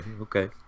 okay